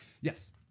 yes